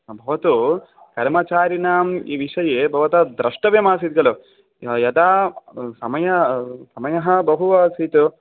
भवतु कर्मचारीनाम् विषये भवता द्रष्टव्यम् आसीत् खलु यदा समयः समयः बहु आसीत्